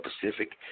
Pacific